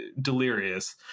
delirious